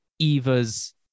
eva's